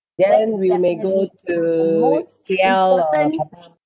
then we may go to the K_L uh